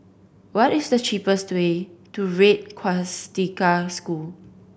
what is the cheapest way to Red Swastika School